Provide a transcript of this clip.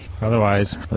Otherwise